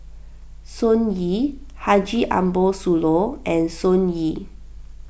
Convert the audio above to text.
Sun Yee Haji Ambo Sooloh and Sun Yee